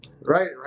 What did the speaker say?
right